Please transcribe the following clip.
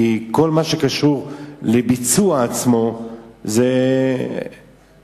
כי כל מה שקשור לביצוע עצמו זה תפקידו